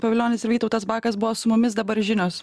pavilionis ir vytautas bakas buvo su mumis dabar žinios